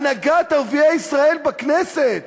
הנהגת ערביי ישראל בכנסת